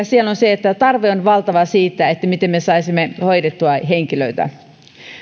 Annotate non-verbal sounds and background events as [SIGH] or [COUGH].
[UNINTELLIGIBLE] siellä on se että tarve on valtava siitä miten me saisimme hoidettua henkilöitä